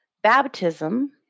Baptism